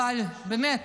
באמת